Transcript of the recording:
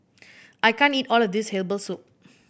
I can't eat all of this herbal soup